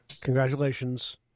Congratulations